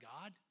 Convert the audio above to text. God